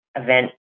event